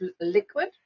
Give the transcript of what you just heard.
liquid